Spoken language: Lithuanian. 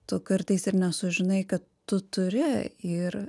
tu kartais ir nesužinai kad tu turi ir